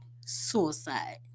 suicide